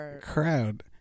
crowd